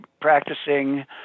practicing